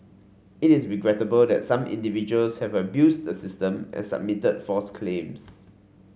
it is regrettable that some individuals have abused the system and submitted false claims